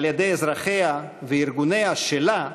על-ידי אזרחיה וארגוניה שלה,